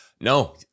no